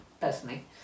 personally